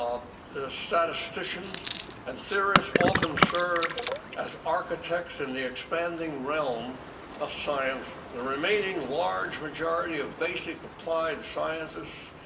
um statisticians and theorists often serve as architects in the expanding realm of science, the remaining large majority of basic applied scientists,